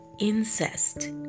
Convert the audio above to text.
incest